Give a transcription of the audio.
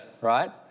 Right